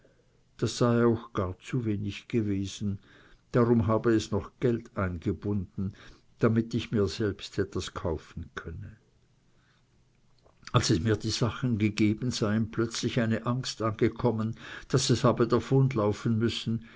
das sei auch gar zu wenig gewesen darum habe es noch geld eingebunden damit ich mir selbst etwas kaufen könne als es mir die sachen gegeben sei ihm plötzlich eine angst angekommen daß es habe davonlaufen müssen